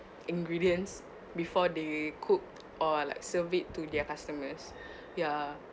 ingredients before they cooked or like serve it to their customers ya